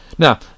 Now